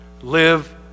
Live